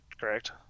correct